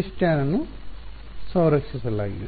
H tan ಅನ್ನು ಸಂರಕ್ಷಿಸಲಾಗಿದೆ